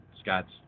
Scott's